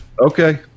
okay